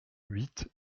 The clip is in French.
huit